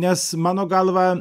nes mano galva